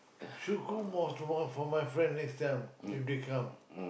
should cook more to more for my friend next time if they come